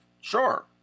sure